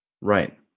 Right